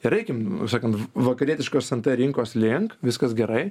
reikiam sakant vakarietiškos anta rinkos link viskas gerai